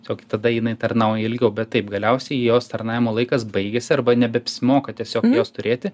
siog tada jinai tarnauja ilgiau bet taip galiausiai jos tarnavimo laikas baigiasi arba nebeapsimoka tiesiog jos turėti